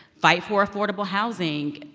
fight for affordable housing,